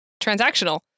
transactional